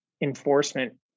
enforcement